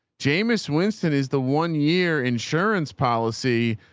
jamis. winston is the one year insurance policy.